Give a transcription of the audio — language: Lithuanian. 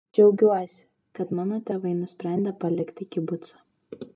džiaugiuosi kad mano tėvai nusprendė palikti kibucą